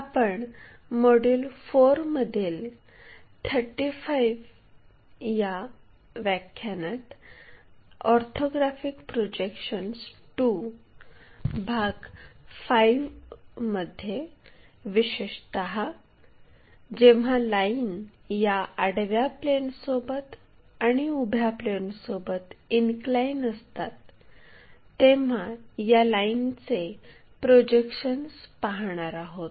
आपण मॉड्यूल 4 मधील 35 व्या व्याख्यानात ऑर्थोग्राफिक प्रोजेक्शन्स II भाग 5 मध्ये विशेषत जेव्हा लाईन या आडव्या प्लेनसोबत आणि उभ्या प्लेनसोबत इनक्लाइन असतात तेव्हा या लाईनचे प्रोजेक्शन्स पाहणार आहोत